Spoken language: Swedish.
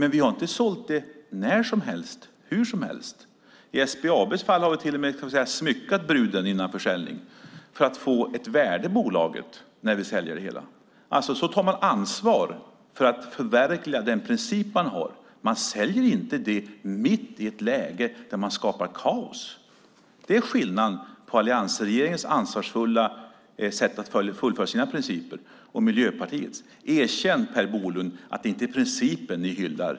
Vi har dock inte sålt när som helst och hur som helst. I SBAB:s fall har vi till och med "smyckat bruden" före försäljning för att få ett värde i bolaget när vi säljer det helt. På så sätt tar vi ansvar för att förverkliga den princip vi har. Vi säljer inte mitt i ett läge som skulle skapa kaos. Det är skillnaden mellan alliansregeringens ansvarsfulla sätt att fullfölja sina principer och Miljöpartiets. Erkänn, Per Bolund, att det inte är principen ni hyllar!